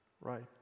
right